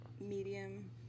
medium